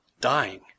dying